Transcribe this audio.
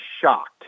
shocked